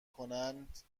کنند